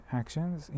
actions